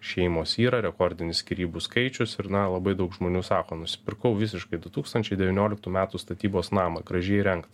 šeimos yra rekordinis skyrybų skaičius ir na labai daug žmonių sako nusipirkau visiškai du tūkstančiai devynioliktų metų statybos namą gražiai įrengtą